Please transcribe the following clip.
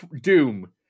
Doom